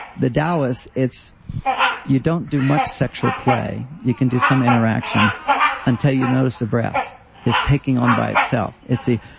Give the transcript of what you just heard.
the taoist, you don't do much sexual play. you can do some interaction until you notice the breath is taking on by itself. it's a